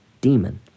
demon